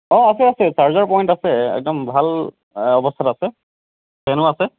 অঁ আছে আছে চাৰ্জাৰ পইণ্ট আছে একদম ভাল অৱস্থাত আছে ফেনো আছে